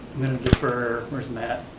defer, where's matt?